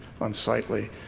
unsightly